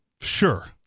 Sure